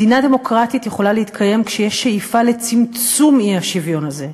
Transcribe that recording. מדינה דמוקרטית יכולה להתקיים כשיש שאיפה לצמצום האי-שוויון הזה.